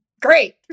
Great